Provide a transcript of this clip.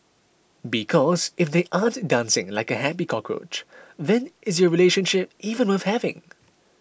because if they aren't dancing like a happy cockroach then is your relationship even worth having